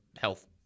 health